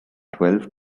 twelve